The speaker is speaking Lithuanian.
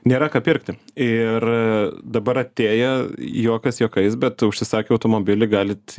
nėra ką pirkti ir dabar atėjo juokas juokais bet užsisakę automobilį galit